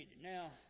Now